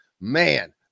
man